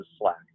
slack